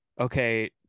okay